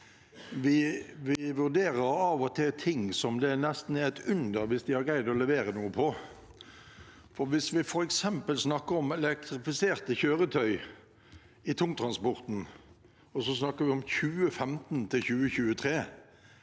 vi vurderer av og til ting som det nesten er et under hvis Enova har greid å levere noe på. Hvis vi f.eks. snakker om elektrifiserte kjøretøy i tungtransporten, og vi snakker om 2015–2023,